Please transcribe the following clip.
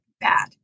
bad